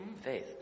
faith